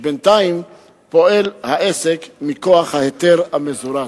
כשבינתיים העסק פועל מכוח ההיתר המזורז.